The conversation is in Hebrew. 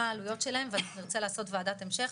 מה העלויות שלהם ואנחנו נרצה לעשות וועדת המשך.